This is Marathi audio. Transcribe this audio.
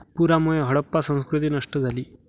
पुरामुळे हडप्पा संस्कृती नष्ट झाली